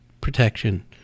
protection